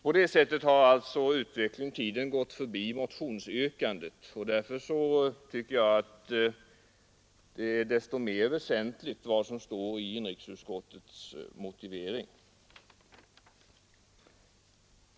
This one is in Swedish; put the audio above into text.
På det sättet har alltså utvecklingen och tiden gått förbi motionsyrkandet, och därför tycker jag att det är desto mer väsentligt vad som står i inrikesutskottets motivering.